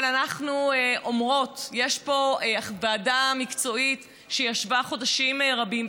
אבל אנחנו אומרות: יש פה ועדה מקצועית שישבה חודשים רבים,